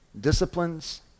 disciplines